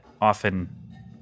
often